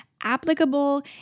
applicable